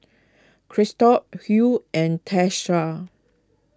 Christop Huey and Tiesha